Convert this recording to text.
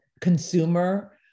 consumer